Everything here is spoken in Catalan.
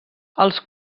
els